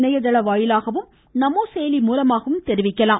இணையதள வாயிலாகவும் நமோ செயலி மூலமாகவும் தெரிவிக்கலாம்